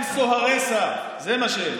והם סוהרי סף, זה מה שהם.